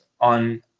on